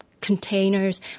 containers